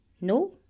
no